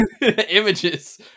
Images